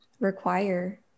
require